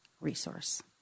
resource